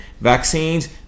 vaccines